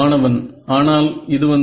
மாணவன் ஆனால் இது வந்து